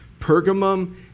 Pergamum